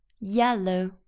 yellow